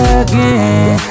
again